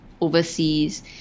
overseas